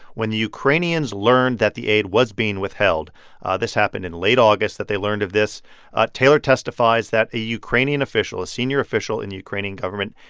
when the ukrainians learned that the aid was being withheld ah this happened in late august that they learned of this taylor testifies that a ukrainian official, a senior official in the ukrainian government,